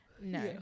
no